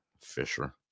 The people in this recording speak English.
Fisher